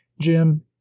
jim